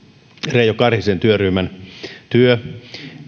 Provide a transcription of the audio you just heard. reijo karhisen työryhmän työ